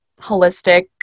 holistic